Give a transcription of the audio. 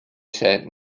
said